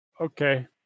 Okay